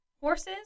horses